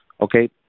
Okay